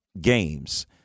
games